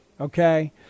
okay